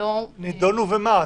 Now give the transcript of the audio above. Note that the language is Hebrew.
נידונו ומה?